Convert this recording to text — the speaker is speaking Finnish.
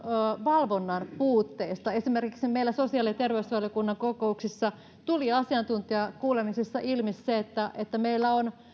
valvonnan puutteesta esimerkiksi meillä sosiaali ja terveysvaliokunnan kokouksissa tuli asiantuntijakuulemisissa ilmi se että että meillä on